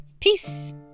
peace